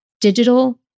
digital